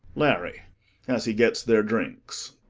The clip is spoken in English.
larry as he gets their drinks.